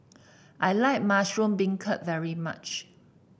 I like Mushroom Beancurd very much